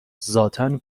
ذاتا